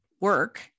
work